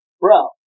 bro